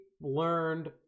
learned